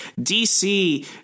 DC